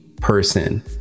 person